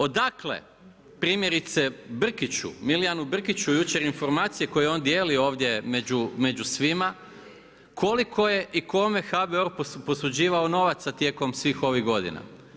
Odakle primjerice Brkiću, Milijanu Brkiću jučer informacije koje on dijeli ovdje među svima koliko je i kome HBOR posuđivao novaca tijekom svih ovih godina.